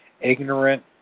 ignorant